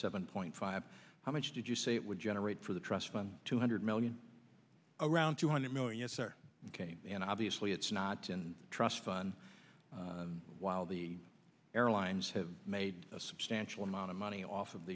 seven point five how much did you say it would generate for the trust fund two hundred million around two hundred million yes or ok and obviously it's not in a trust fund while the airlines have made a substantial amount of money off of